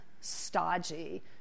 stodgy